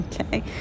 Okay